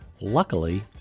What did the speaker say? Luckily